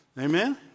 Amen